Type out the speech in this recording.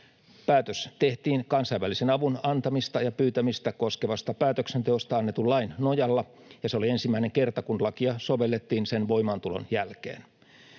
Päätös tehtiin kansainvälisen avun antamista ja pyytämistä koskevasta päätöksenteosta annetun lain nojalla, ja se oli ensimmäinen kerta, kun lakia sovellettiin sen voimaantulon jälkeen.